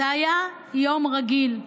זה היה יום רגיל.